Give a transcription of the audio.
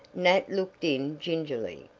nat looked in gingerly,